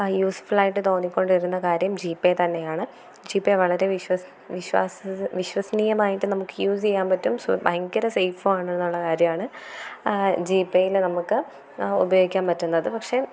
യൂസ്ഫുള്ളായിട്ട് തോന്നിക്കൊണ്ടിരുന്ന കാര്യം ജീപേ തന്നെയാണ് ജീപേ വളരെ വിശ്വാസ്യത വിശ്വസനീയമായിട്ട് നമ്മൾക്ക് യൂസ് ചെയ്യാൻ പറ്റും സൊ ഭയങ്കര സെയ്ഫ് ആണെന്നുള്ള കാര്യമാണ് ജീപേയിൽ നമ്മൾക്ക് ഉപയോഗിക്കാൻ പറ്റുന്നത് പക്ഷെ